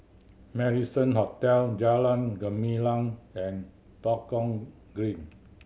Marrison Hotel Jalan Gumilang and Tua Kong Green